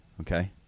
Okay